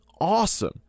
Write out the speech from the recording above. awesome